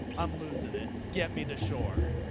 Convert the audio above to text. i'm loosin' it! get me to shore!